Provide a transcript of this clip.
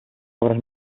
obras